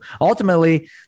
Ultimately